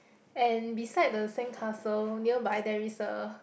and beside the sandcastle nearby there is a